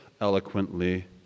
eloquently